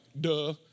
Duh